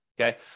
Okay